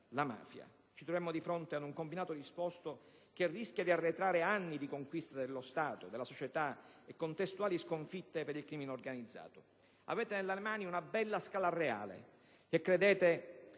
la mafia. Ci troviamo di fronte ad un combinato disposto che rischia di far arretrare anni di conquiste dello Stato e della società e contestuali sconfitte per il crimine organizzato. Avete nelle mani una bella scala reale che cedete